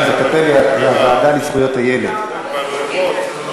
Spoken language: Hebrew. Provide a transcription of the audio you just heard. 24, אין מתנגדים, אין נמנעים.